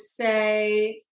say